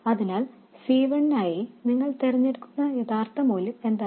അതിനാൽ C 1 നായി നിങ്ങൾ തിരഞ്ഞെടുക്കുന്ന യഥാർത്ഥ മൂല്യം എന്താണ്